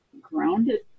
grounded